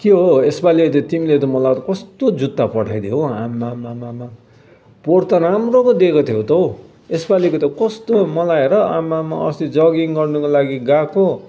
के हो यसपालि त तिमीले त मलाई कस्तो जुत्ता पठाइदियौ हो आम्माममामामा पोहोर त राम्रो पो दिएको थियौ त हो यसपालिको त कस्तो मलाई हेर आम्मामा अस्ति जगिङ गर्नुको लागि गएको